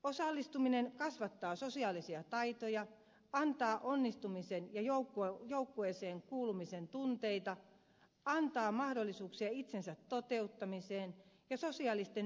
osallistuminen kasvattaa sosiaalisia taitoja antaa onnistumisen ja joukkueeseen kuulumisen tunteita antaa mahdollisuuksia itsensä toteuttamiseen ja sosiaalisten verkostojen vahvistamiseen